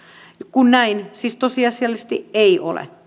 kun näin siis tosiasiallisesti ei ole